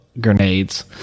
grenades